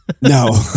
no